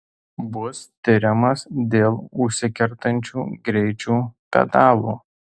bus tiriamas dėl užsikertančio greičio pedalo